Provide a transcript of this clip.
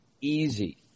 easy